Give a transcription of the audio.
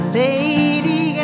lady